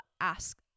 ask